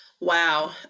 Wow